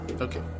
Okay